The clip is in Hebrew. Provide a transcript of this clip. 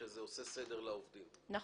שזה עושה סדר לעובדים.